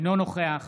אינו נוכח